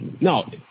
No